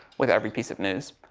with every piece of news.